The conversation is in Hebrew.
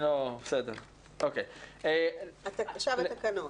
עכשיו התקנות.